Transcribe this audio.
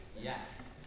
yes